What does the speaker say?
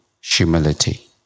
humility